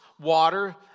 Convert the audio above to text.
water